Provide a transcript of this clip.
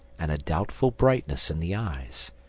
and a doubtful brightness in the eyes,